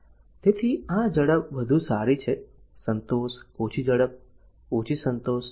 તેથી આ ઝડપ વધુ સારી છે સંતોષ ઓછી ઝડપ ઓછી સંતોષ છે